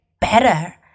better